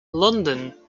london